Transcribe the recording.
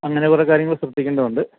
അങ്ങനെ കുറെ കാര്യങ്ങൾ ശ്രദ്ധിക്കേണ്ടതുണ്ട്